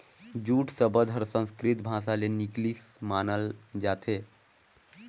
jute सबद हर संस्कृति भासा ले निकलिसे मानल जाथे